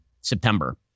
September